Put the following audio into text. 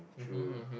true